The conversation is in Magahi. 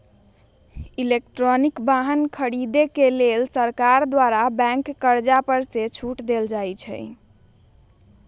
इलेक्ट्रिक वाहन किने के लेल सरकार द्वारा बैंक कर्जा पर सेहो छूट देल जाइ छइ